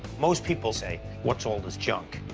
most people say, what's all this junk?